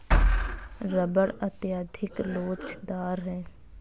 rubber अत्यधिक लोचदार है